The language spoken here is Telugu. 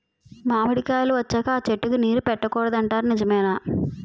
మామిడికాయలు వచ్చాక అ చెట్టుకి నీరు పెట్టకూడదు అంటారు నిజమేనా?